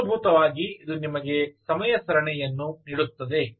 ಆದ್ದರಿಂದ ಮೂಲಭೂತವಾಗಿ ಇದು ನಿಮಗೆ ಸಮಯ ಸರಣಿಯನ್ನು ನೀಡುತ್ತದೆ